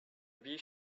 bee